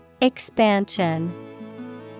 Expansion